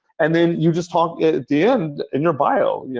and then you just talk at the end in your bio, yeah